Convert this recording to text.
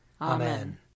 Amen